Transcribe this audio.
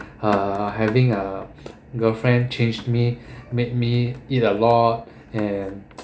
uh having a girlfriend changed me made me eat a lot and